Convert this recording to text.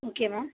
okay ma'am